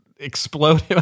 explode